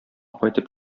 кайтып